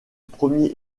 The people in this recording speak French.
premier